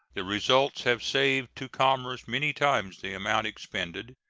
the results have saved to commerce many times the amount expended.